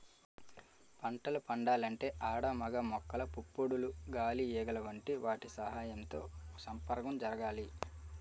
పంటలు పండాలంటే ఆడ మగ మొక్కల పుప్పొడులు గాలి ఈగలు వంటి వాటి సహాయంతో సంపర్కం జరగాలి